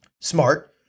smart